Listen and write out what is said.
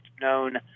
known